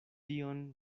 tion